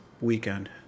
weekend